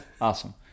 Awesome